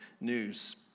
news